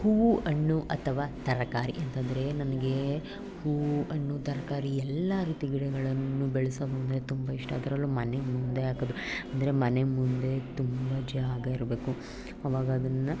ಹೂವು ಹಣ್ಣು ಅಥವಾ ತರಕಾರಿ ಅಂತಂದರೆ ನನಗೆ ಹೂವು ಹಣ್ಣು ತರಕಾರಿ ಎಲ್ಲ ರೀತಿ ಗಿಡಗಳನ್ನು ಬೆಳ್ಸೋದಂದ್ರೆ ತುಂಬ ಇಷ್ಟ ಅದ್ರಲ್ಲೂ ಮನೆ ಮುಂದೆ ಹಾಕೋದು ಅಂದರೆ ಮನೆ ಮುಂದೆ ತುಂಬ ಜಾಗ ಇರಬೇಕು ಅವಾಗ ಅದನ್ನು